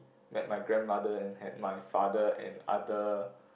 met my grandmother and had my father and other